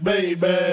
Baby